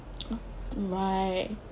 right